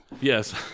Yes